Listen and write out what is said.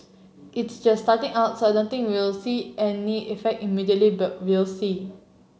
it's just starting out so I don't think we'll see any effect immediately but we'll see